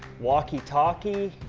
walkie-talkie,